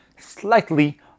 slightly